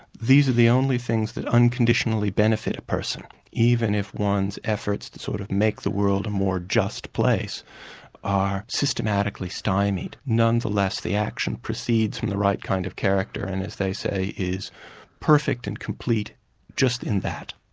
these are the only things that unconditionally benefit a person, even if one's efforts to sort of make the world a more just place are systematically stymied, nonetheless the action proceeds from the right kind of character, and as they say is perfect and complete just in that.